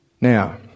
Now